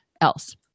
else